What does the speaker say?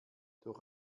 durch